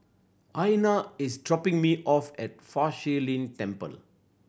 Aiyana is dropping me off at Fa Shi Lin Temple